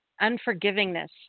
unforgivingness